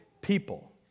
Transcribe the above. people